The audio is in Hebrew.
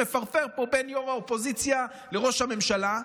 מפרפר פה בין יו"ר האופוזיציה לראש הממשלה.